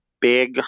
big